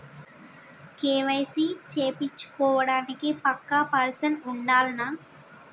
KYC చేపిచ్చుకోవడానికి పక్కా person ఉండాల్నా?